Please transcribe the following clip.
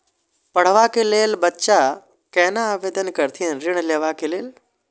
पढ़वा कै लैल बच्चा कैना आवेदन करथिन ऋण लेवा के लेल?